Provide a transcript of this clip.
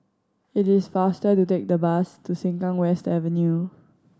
it is faster to take the bus to Sengkang West Avenue